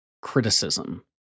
criticism